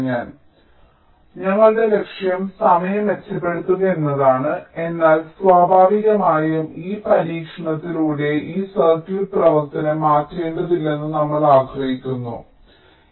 ഞാൻ പറഞ്ഞതുപോലെ ഞങ്ങളുടെ ലക്ഷ്യം സമയം മെച്ചപ്പെടുത്തുക എന്നതാണ് എന്നാൽ സ്വാഭാവികമായും ഈ പരിഷ്ക്കരണത്തിലൂടെ ഈ സർക്യൂട്ട് പ്രവർത്തനം മാറ്റേണ്ടതില്ലെന്ന് നമ്മൾ ആഗ്രഹിക്കുന്നില്ല